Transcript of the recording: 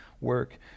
work